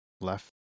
left